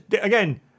again